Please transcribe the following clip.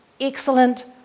excellent